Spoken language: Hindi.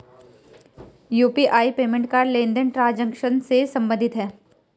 यू.पी.आई पेमेंट का लेनदेन ट्रांजेक्शन से सम्बंधित है